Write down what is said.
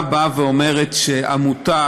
ההצעה באה ואומרת שעמותה